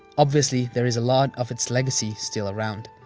obviously, there is a lot of its legacy still around.